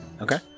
Okay